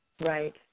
Right